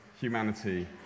humanity